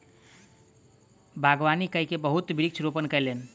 बागवानी कय के बहुत वृक्ष रोपण कयलैन